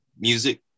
Music